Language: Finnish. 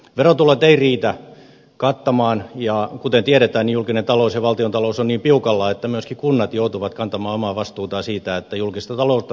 verotulot eivät riitä kattamaan ja kuten tiedetään julkinen talous ja valtiontalous ovat niin piukalla että myöskin kunnat joutuvat kantamaan omaa vastuutaan siitä että julkista taloutta tasapainotetaan